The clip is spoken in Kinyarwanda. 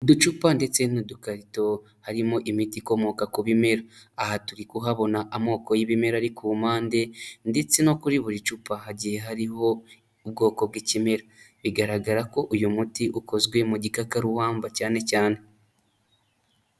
Uducupa ndetse n'udukarito harimo imiti ikomoka ku bimera, aha turi kuhabona amoko y'ibimera ari ku mpande ndetse no kuri buri cupa hagiye hariho ubwoko bw'ikimera, bigaragara ko uyu muti ukozwe mu gikakarubamba cyane cyane.